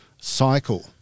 cycle